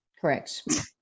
correct